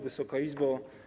Wysoka Izbo!